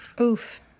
Oof